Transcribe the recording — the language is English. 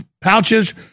pouches